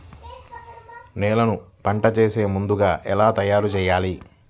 నేలను పంట వేసే ముందుగా ఎలా తయారుచేయాలి?